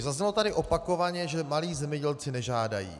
Zaznělo tady opakovaně, že malí zemědělci nežádají.